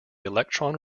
electron